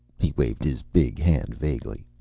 he waved his big hand vaguely.